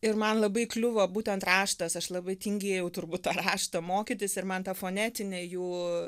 ir man labai kliuvo būtent raštas aš labai tingėjau turbūt tą raštą mokytis ir man ta fonetinė jų